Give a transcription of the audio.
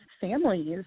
families